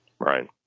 Right